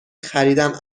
خریدم